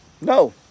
No